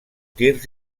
tirs